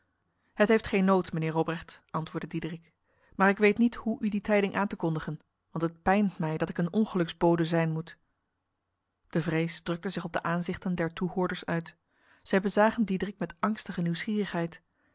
het heeft geen nood mijnheer robrecht antwoordde diederik maar ik weet niet hoe u die tijding aan te kondigen want het pijnt mij dat ik een ongeluksbode zijn moet de vrees drukte zich op de aanzichten der toehoorders uit zij bezagen diederik met angstige nieuwsgierigheid